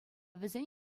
вӗсен